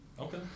okay